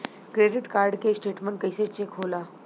Credit card के statement कइसे check होला?